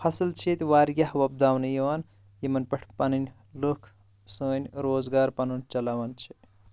فصل چھِ ییٚتہِ واریاہ وۄپداونہٕ یِوان یِمن پٮ۪ٹھ پنٕنۍ لُکھ سٲنۍ روزگار پنُن چلاوان چھِ